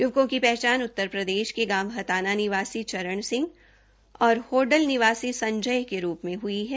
यवकों की पहचान उत्तर प्रदेष के गांव हताना निवासी चरण सिंह और होडल निवासी संजय के रूप में हुई है